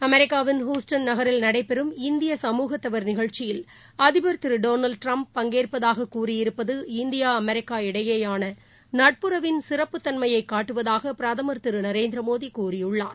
அமெரிக்காவின் ஹுஸ்டன் நகரில் நடைபெறும் இந்திய சமூகத்தவர் நிகழ்ச்சியில் அதிபர் திருடொனல்டு ட்ரம்ப் பங்கேற்பதாககூறியிருப்பது இந்தியா அமெரிக்கா இடையேயானநட்புவின் சிறப்பு தன்மையைகாட்டுவதாகபிரதமர் திருநரேந்திரமோடிகூறியுள்ளார்